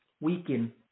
weaken